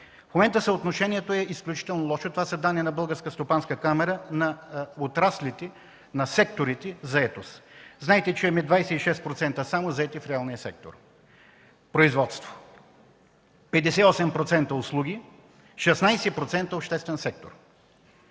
В момента съотношението е изключително лошо – това са данни на Българската стопанска камара, на отраслите, на секторите заетост. Знаете, че само 26% заети в реалния сектор - производство, 58% услуги, 16% обществен сектор.